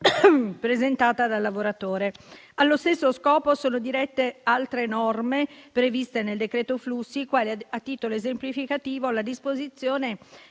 presentata dal lavoratore. Allo stesso scopo sono dirette altre norme previste nel decreto flussi quali, a titolo esemplificativo, la disposizione